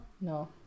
No